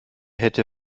hätte